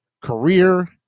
career